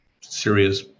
serious